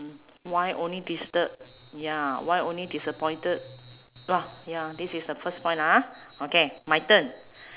why only disturb ya why only disappointed lah ya this is the first point lah ah okay my turn